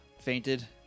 fainted